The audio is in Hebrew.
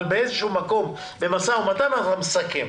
נכון, אבל באיזשהו מקום במשא ומתן אנחנו נסכם.